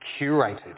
curated